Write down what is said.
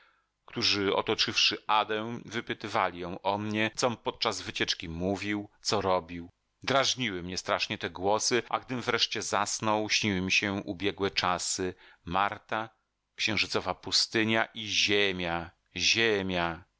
którzy otoczywszy adę wypytywali ją o mnie com podczas wycieczki mówił co robił drażniły mnie strasznie te głosy a gdym wreszcie zasnął śniły mi się ubiegłe czasy marta księżycowa pustynia i ziemia ziemia